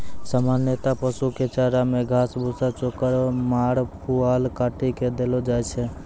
सामान्यतया पशु कॅ चारा मॅ घास, भूसा, चोकर, माड़, पुआल काटी कॅ देलो जाय छै